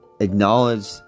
acknowledge